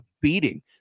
beating